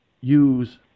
use